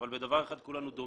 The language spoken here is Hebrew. אבל בדבר אחד אנחנו דומים.